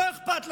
לא אכפת לנו,